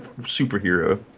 superhero